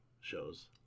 shows